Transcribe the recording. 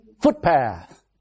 Footpath